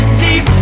deep